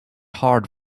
hard